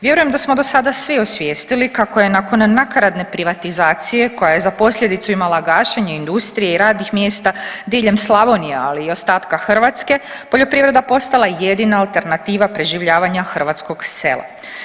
Vjerujem da smo dosada svi osvijestili kako je nakon nakaradne privatizacije koja je za posljedicu imala gašenje industrije i radnih mjesta diljem Slavonije, ali i ostatka Hrvatske poljoprivreda postala jedina alternativa preživljavanja hrvatskog sela.